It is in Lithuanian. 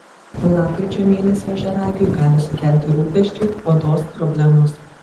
lapkričio mėnesį ožiaragiui gali sukelti rūpesčių odos problemos